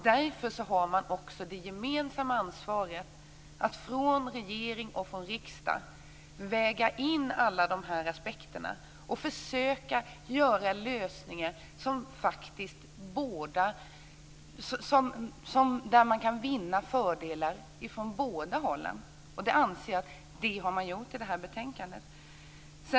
Därför har också regering och riksdag ett gemensamt ansvar att väga in alla dessa aspekter och försöka hitta lösningar där man kan vinna fördelar från båda hållen. Jag anser att man har gjort det i det här betänkandet.